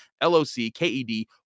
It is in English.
l-o-c-k-e-d